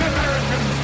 Americans